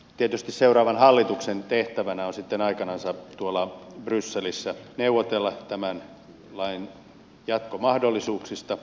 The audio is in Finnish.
tietysti seuraavan hallituksen tehtävänä on sitten aikanansa tuolla brysselissä neuvotella tämän lain jatkomahdollisuuksista